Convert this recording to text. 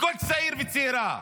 בכל צעיר וצעירה,